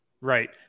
Right